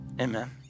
Amen